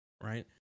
right